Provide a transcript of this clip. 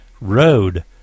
road